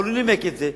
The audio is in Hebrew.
אבל הוא נימק את זה,